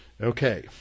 Okay